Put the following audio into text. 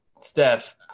Steph